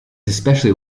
especially